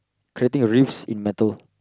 creating a riffs in metal